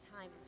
time